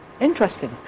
Interesting